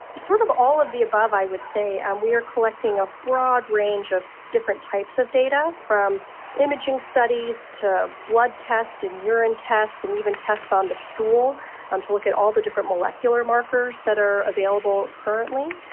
sort of all of the above i would say, and we are collecting a broad range of different types of data, from imaging studies to blood tests and urine tests and even tests on the stool um to look at all the different molecular markers that are available currently.